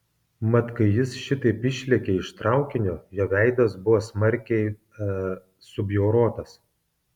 mat kai jis šitaip išlėkė iš traukinio jo veidas buvo smarkiai e subjaurotas